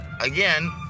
again